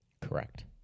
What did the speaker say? Correct